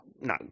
No